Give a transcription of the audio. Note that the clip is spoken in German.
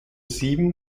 sieben